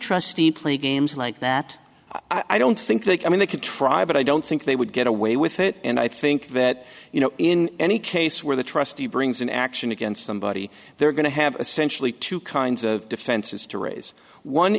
trustee play games like that i don't think that i mean they could try but i don't think they would get away with it and i think that you know in any case where the trustee brings an action against somebody they're going to have essentially two kinds of defenses to raise one